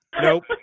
Nope